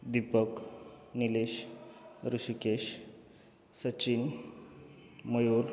Deepak Nilesh Rishikesh Sachin Mayur